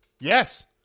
Yes